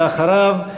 ואחריו,